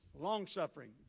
long-suffering